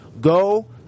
go